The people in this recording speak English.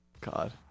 god